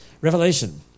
Revelation